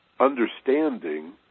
understanding